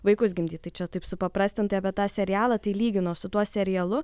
vaikus gimdyt tai čia taip supaprastintai apie tą serialą tai lygino su tuo serialu